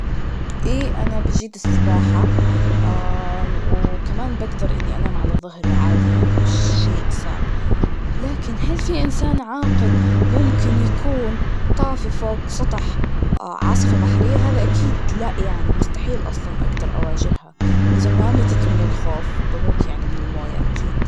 إي أنا بجيد السباحة, وكمان بقدر إني أنام على ظهري عادي يعني مش شئ صعب, لكن هل في إنسان عاقل ممكن يكون طافي فوق سطح عاصفة بحرية؟ هذا أكيد لاء يعني, مستحيل أصلاً أقدر أواجهها, إذا ما متت من الخوف, بموت يعني من الموية أكيد.